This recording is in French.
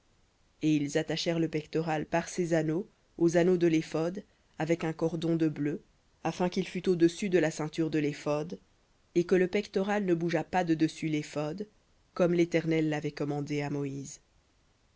et ils attachèrent le pectoral par ses anneaux aux anneaux de l'éphod avec un cordon de bleu afin qu'il fût au-dessus de la ceinture de l'éphod et que le pectoral ne bougeât pas de dessus l'éphod comme l'éternel l'avait commandé à moïse